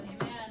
Amen